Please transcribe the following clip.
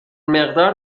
مقدار